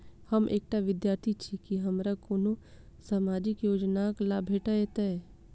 हम एकटा विद्यार्थी छी, की हमरा कोनो सामाजिक योजनाक लाभ भेटतय?